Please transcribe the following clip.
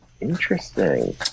Interesting